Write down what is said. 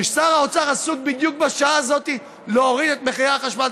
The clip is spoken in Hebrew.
ששר האוצר עסוק בדיוק בשעה הזאת בלהוריד את מחירי החשמל.